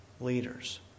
leaders